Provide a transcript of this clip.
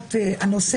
בבחינת הנושא